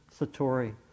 Satori